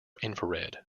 infrared